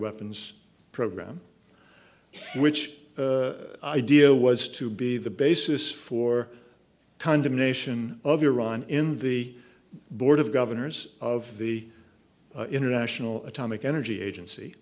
weapons program which idea was to be the basis for condemnation of iran in the board of governors of the international atomic energy agency